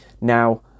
Now